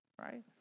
Right